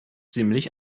ziemlich